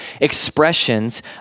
expressions